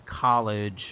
college